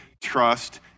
trust